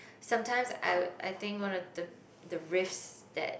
sometimes I'll I think one of the the risks that